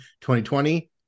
2020